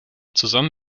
zusammen